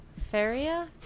Feria